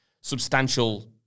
substantial